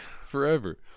forever